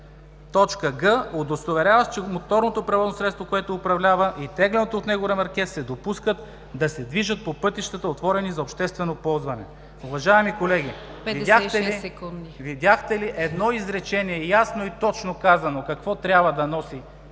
прегледи удостоверяващ, че моторното превозно средство, което управлява и тегленето от него ремарке се допускат да се движат по пътищата, отворени за обществено ползване.“ Уважаеми колеги, видяхте ли, едно изречение ясно и точно казано какво трябва да носи